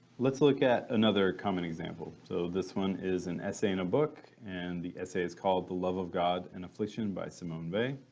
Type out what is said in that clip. let's look at another common example. so this one is an essay in a book and the essay is called the love of god and affliction by simone bay.